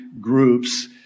groups